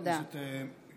תודה, חברת הכנסת גולן.